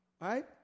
Right